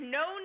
no